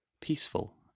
peaceful